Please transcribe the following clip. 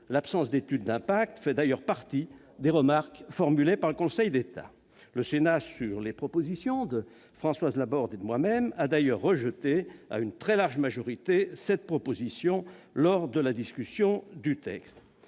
L'absence d'études d'impact fait d'ailleurs partie des remarques formulées par le Conseil d'État. Le Sénat, à la demande de Françoise Laborde et de moi-même, a rejeté à une très large majorité cette proposition lors de la discussion du texte.